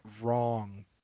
wrong